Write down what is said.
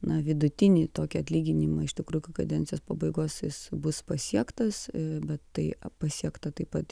na vidutinį tokį atlyginimą iš tikrųjų iki kadencijos pabaigos jis bus pasiektas bet tai pasiekta tai pat